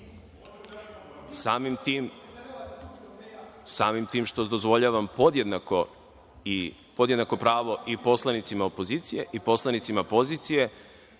Samim tim što dozvoljavam podjednako pravo i poslanicima opozicije